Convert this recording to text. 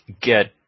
get